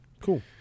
Cool